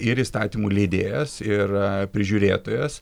ir įstatymų leidėjas ir prižiūrėtojas